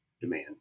Demand